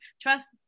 trust